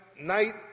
night